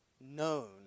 known